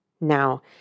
Now